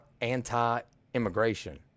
anti-immigration